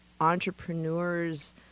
entrepreneurs